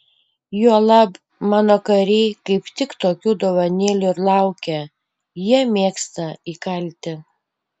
juolab mano kariai kaip tik tokių dovanėlių ir laukia jie mėgsta įkalti